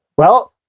well,